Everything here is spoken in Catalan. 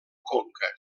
conca